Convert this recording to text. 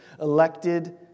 elected